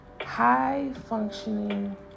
high-functioning